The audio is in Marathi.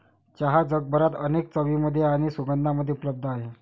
चहा जगभरात अनेक चवींमध्ये आणि सुगंधांमध्ये उपलब्ध आहे